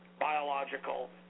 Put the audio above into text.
biological